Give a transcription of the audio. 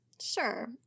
Sure